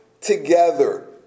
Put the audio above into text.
together